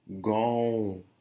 gone